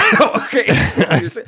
okay